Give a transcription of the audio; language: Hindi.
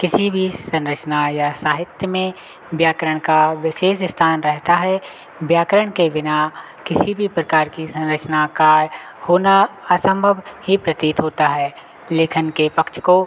किसी भी संरचना या साहित्य में व्याकरण का विशेष स्थान रहेता है व्याकरण के बिना किसी भी प्रकार की संरचना का होना असंभव ही प्रतीत होता है लेखन के पक्ष को